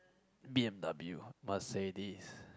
b_m_w Mercedes